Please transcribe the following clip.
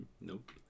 Nope